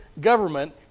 government